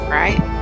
right